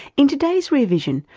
in today's rear vision,